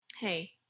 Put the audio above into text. Hey